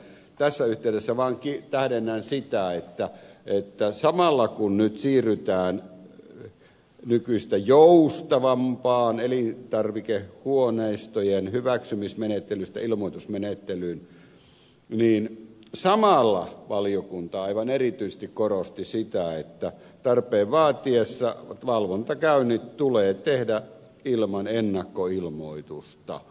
tässä yhteydessä vaan tähdennän sitä että samalla kun nyt siirrytään nykyisestä elintarvikehuoneistojen hyväksymismenettelystä joustavampaan ilmoitusmenettelyyn valiokunta aivan erityisesti korosti sitä että tarpeen vaatiessa valvontakäynnit tulee tehdä ilman ennakkoilmoitusta